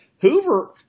Hoover